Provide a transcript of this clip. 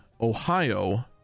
Ohio